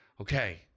okay